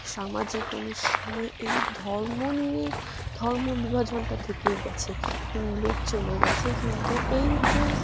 সামাজিক অনুষ্ঠানে এই ধর্ম নিয়ে ধর্ম বিভাজনটা থেকেই গিয়েছে ইংরেজ চলে গিয়েছে কিন্তু এই যে